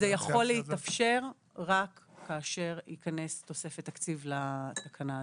זה יכול להתאפשר רק כאשר תיכנס תוספת תקציב לתקנה הזאת.